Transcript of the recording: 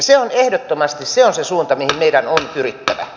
se on ehdottomasti se suunta mihin meidän on pyrittävä